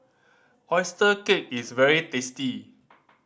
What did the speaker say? oyster cake is very tasty